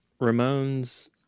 Ramones